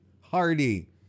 Hardy